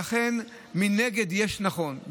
נכון,